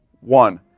One